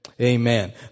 Amen